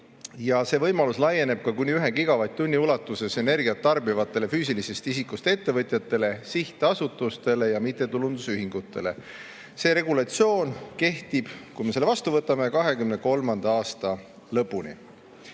See võimalus laieneb ka kuni 1 gigavatt-tunni ulatuses energiat tarbivatele füüsilisest isikust ettevõtjatele, sihtasutustele ja mittetulundusühingutele. See regulatsioon kehtib, kui me selle vastu võtame, 2023. aasta lõpuni. Eelnõu